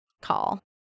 call